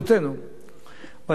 ואנחנו צריכים לטפל בהן.